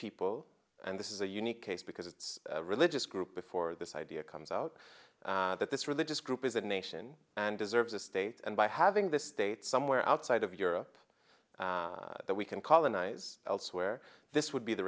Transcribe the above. people and this is a unique case because it's a religious group before this idea comes out that this religious group is a nation and deserves a state and by have in this state somewhere outside of europe that we can colonize elsewhere this would be the